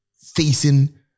facing